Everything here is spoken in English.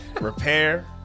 Repair